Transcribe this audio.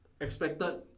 expected